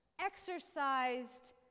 exercised